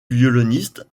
violoniste